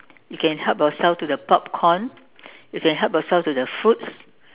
you can help yourself to the popcorn you can help yourself to the fruits